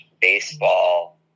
baseball